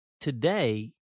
Today